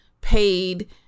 paid